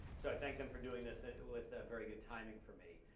so i thank them, for doing this and with very good timing for me.